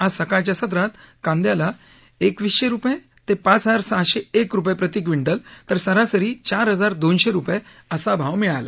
आज सकाळच्या सत्रात कांद्याला एकवीसशे रूपये ते पाच हजार सहाशे एक रूपये प्रति क्विंटल तर सरासरी चार हजार दोनशे रूपये भाव मिळाला